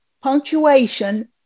punctuation